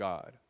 God